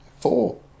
Four